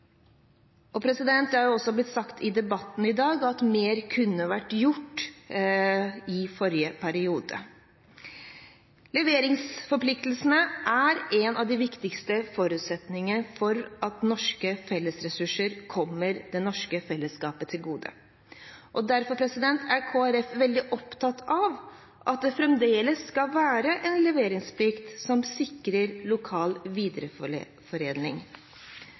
Det er også blitt sagt i debatten i dag at mer kunne vært gjort i forrige periode. Leveringsforpliktelsene er en av de viktigste forutsetningene for at norske fellesressurser kommer det norske fellesskapet til gode. Derfor er Kristelig Folkeparti veldig opptatt av at det fremdeles skal være en leveringsplikt som sikrer lokal